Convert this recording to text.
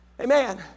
Amen